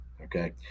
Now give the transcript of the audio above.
Okay